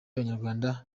abanyarwanda